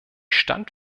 stand